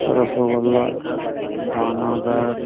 রসগোল্লা দানাদার